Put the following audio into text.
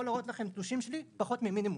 להראות לכם תלושים שלי פחות ממינימום.